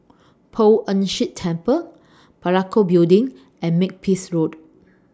Poh Ern Shih Temple Parakou Building and Makepeace Road